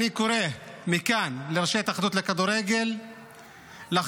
אני קורא מכאן לראשי ההתאחדות לכדורגל לחשוב